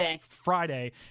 Friday